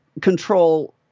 control